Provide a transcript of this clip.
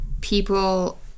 people